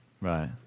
Right